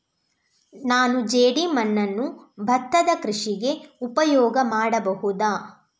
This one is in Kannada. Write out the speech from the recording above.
ನಾನು ಜೇಡಿಮಣ್ಣನ್ನು ಭತ್ತದ ಕೃಷಿಗೆ ಉಪಯೋಗ ಮಾಡಬಹುದಾ?